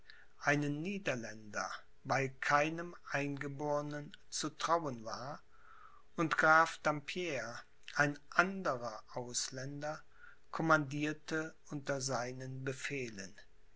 einen niederländer weil keinem eingebornen zu trauen war und graf dampierre ein anderer ausländer commandierte unter seinen befehlen